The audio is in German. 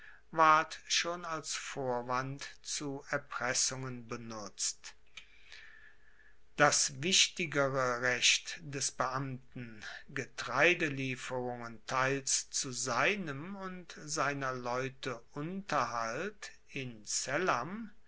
ward schon als vorwand zu erpressungen benutzt das wichtigere recht des beamten getreidelieferungen teils zu seinem und seiner leute unterhalt in